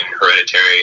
hereditary